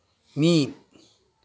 ᱢᱤᱫ